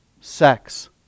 sex